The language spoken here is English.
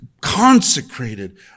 consecrated